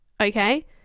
Okay